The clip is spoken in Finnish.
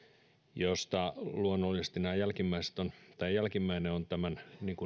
josta luonnollisesti jälkimmäinen on tämän